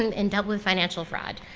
and and dealt with financial fraud.